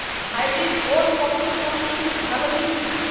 Hybrid ওল কপির কোনটি ভালো বীজ?